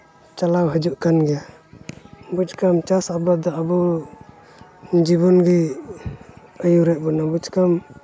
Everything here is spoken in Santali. ᱪᱟᱞᱟᱣ ᱦᱤᱡᱩᱜ ᱠᱟᱱ ᱜᱮᱭᱟ ᱵᱩᱡᱽ ᱠᱟᱢ ᱪᱟᱥ ᱟᱵᱟᱫ ᱫᱚ ᱟᱵᱚ ᱡᱤᱵᱚᱱ ᱜᱮ ᱟᱹᱭᱩᱨᱮᱜ ᱵᱚᱱᱟᱭ ᱵᱩᱡᱽ ᱠᱟᱢ